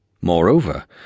Moreover